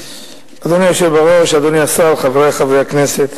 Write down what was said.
אדוני היושב בראש, אדוני השר, חברי חברי הכנסת,